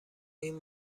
این